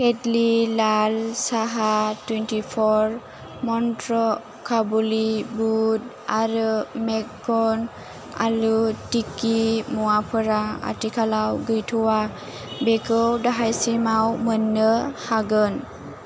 तेतलि लाल साहा थुयेन्थिफर मन्त्र काबुलि बुद आरो मेक्कन आलु टिक्की मुवाफोरा आथिखालाव गैथ'वा बेखौ दाहायसिमाव मोन्नो हागोन